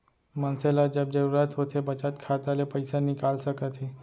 मनसे ल जब जरूरत होथे बचत खाता ले पइसा निकाल सकत हे